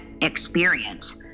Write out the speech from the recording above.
experience